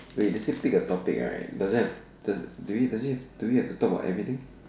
they did say pick a topic right does that have does did we does it do we have to talk about everything